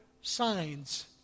signs